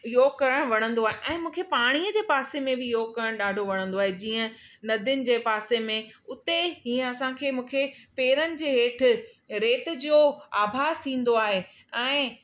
योग करण वणंदो आहे ऐं मूंखे पाणीअ जे पासे में बि योग करण ॾाढो वणंदो आहे जीअं नदियुनि जे पासे में उते हीअं असांखे मूंखे पेरनि जे हेठि रेत जो आभास थींदो आहे ऐं